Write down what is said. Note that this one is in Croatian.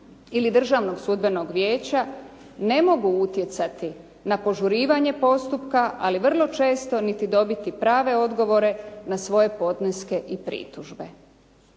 ili Državnog sudbenog vijeća ne mogu utjecati na požurivanje postupka, ali vrlo često niti dobiti prave odgovore na svoje podneske i pritužbe.